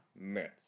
Myths